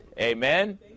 Amen